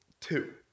two